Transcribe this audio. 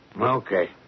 Okay